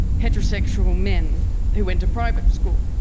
heterosexual men who went to private school.